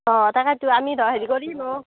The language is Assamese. অঁ তাকেতো আমি ধৰ হেৰি কৰি লওঁ